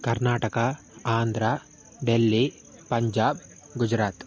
कर्नाटकः आन्द्र डेल्ली पञ्जाब् गुजरात्